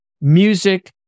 music